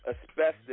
asbestos